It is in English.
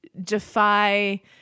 defy